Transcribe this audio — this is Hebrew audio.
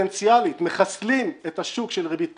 פוטנציאלית מחסלים את השוק של ריבית קבועה,